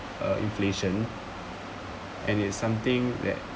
uh inflation and it's something that